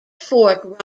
fork